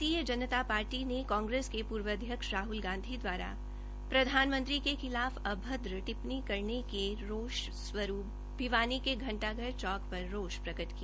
भारतीय जनता पार्टी ने कांग्रेस के पूर्व अध्यक्ष राहुल गांधी द्वारा प्रधानमंत्री के खिलाफ अभद्र टिप्पणी करने के रोष स्वरूप भिवानी के घंटाघर चौंक पर रोष प्रकट किया